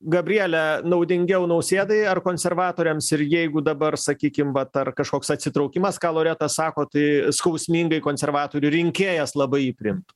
gabriele naudingiau nausėdai ar konservatoriams ir jeigu dabar sakykim vat ar kažkoks atsitraukimas ką loreta sako tai skausmingai konservatorių rinkėjas labai jį priimtų